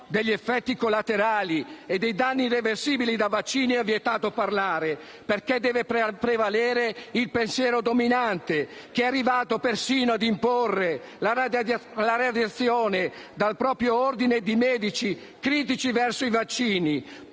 degli effetti collaterali e dei danni irreversibili da vaccini è vietato parlare, perché deve prevalere il pensiero dominante, che è arrivato persino a imporre la radiazione dal proprio ordine dei medici critici verso i vaccini.